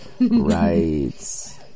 Right